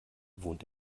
wohnt